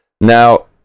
now